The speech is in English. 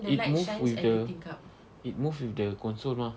it moves with the it moves with the console mah